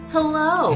Hello